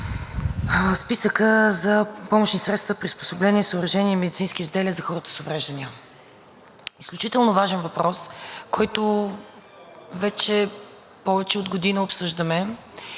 списъка за помощни средства, приспособления, съоръжения и медицински изделия за хората с увреждания. Това е изключително важен въпрос, който обсъждаме вече повече от година.